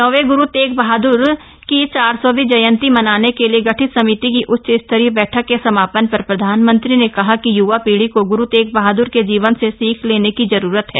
नौंवे ग्रू तेग बहादुर की चार सौंवी जयन्ती मनाने के लिए गठित समिति की उच्चस्तरीय बैठक के समापन पर प्रधानमंत्री ने कहा कि यवा पीढ़ी को ग्रू तेग बहाद्र के जीवन से सीख लेने की जरूरत है